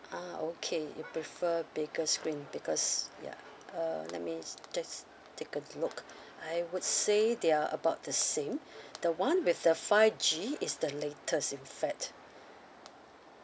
ah okay you prefer bigger screen because ya um let me s~ just take a look I would say they are about the same the one with the five G is the latest in fact